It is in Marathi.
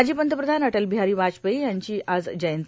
माजी पंतप्रधान अटल बिहारी वाजपेयी यांची आज जयंती